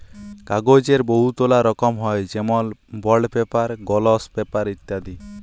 কাগ্যজের বহুতলা রকম হ্যয় যেমল বল্ড পেপার, গলস পেপার ইত্যাদি